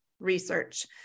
research